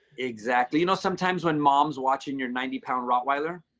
exactly. you know, sometimes when mom's watching your ninety pound rottweiler?